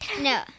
no